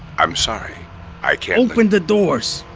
um sorry i can't open the doors!